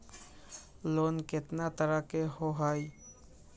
Loan केतना तरह के होअ हई?